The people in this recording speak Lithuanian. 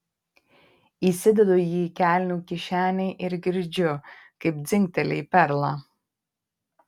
įsidedu jį į kelnių kišenę ir girdžiu kaip dzingteli į perlą